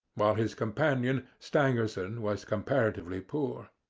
while his companion, stangerson, was comparatively poor.